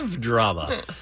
drama